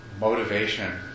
motivation